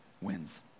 wins